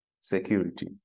security